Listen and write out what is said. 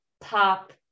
pop